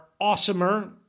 awesomer